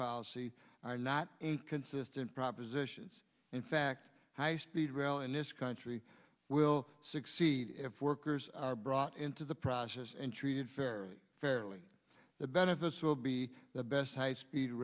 policy are not inconsistent propositions in fact high speed rail in this country will succeed if workers brought into the process and treated fairly fairly the benefits will be the best high speed